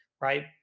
right